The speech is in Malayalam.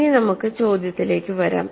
ഇനി നമുക്ക് ചോദ്യത്തിലേക്ക് വരാം